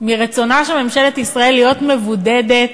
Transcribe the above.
מרצונה של ממשלת ישראל להיות מבודדת,